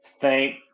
thank